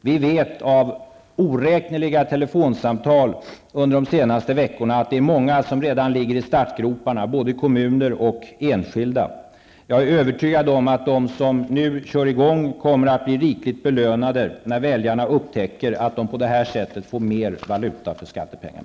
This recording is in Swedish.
Vi vet av de oräkneliga telefonsamtalen under de senaste veckorna att många redan ligger i startgroparna, både kommuner och enskilda. Jag är övertygad om att de som nu kör i gång kommer att bli rikligt belönade när väljarna upptäcker att de på det sättet får mer valuta för skattepengarna.